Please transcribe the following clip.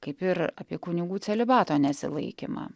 kaip ir apie kunigų celibato nesilaikymą